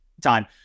time